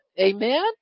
Amen